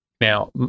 Now